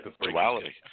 Duality